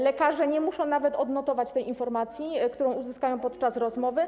Lekarze nie muszą nawet odnotować tej informacji, którą uzyskają podczas rozmowy.